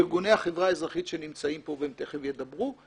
ארגוני החברה האזרחית שנמצאים פה והם תכף ידברו,